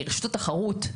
רשות התחרות,